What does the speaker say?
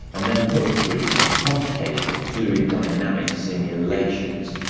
and then put through computational fluid dynamic simulations,